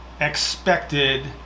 expected